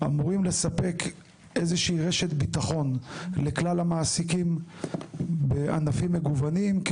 אמורים לספק איזו שהיא רשת ביטחון למעסיקים בענפים מגוונים,